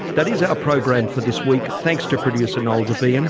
that is our program for this week. thanks to producer noel debien